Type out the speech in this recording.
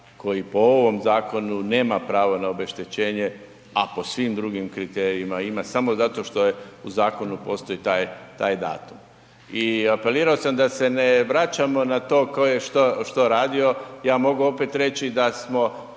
koji po ovom zakonu nema pravo na obeštećenje a po svim drugim kriterijima samo zato što u zakonu postoji taj datum. I apelirao sam da se ne vraćamo na to tko je što radio, ja mogu opet reći da smo